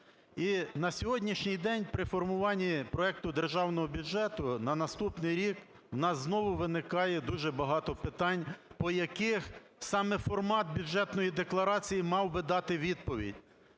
на сьогоднішній день при формуванні проекту Державного бюджету на наступний рік у нас знову виникає дуже багато питань, по яких саме формат бюджетної декларації мав би дати відповідь.